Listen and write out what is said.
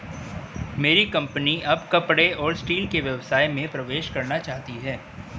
मेरी कंपनी अब कपड़े और स्टील के व्यवसाय में प्रवेश करना चाहती है